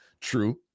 true